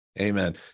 Amen